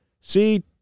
see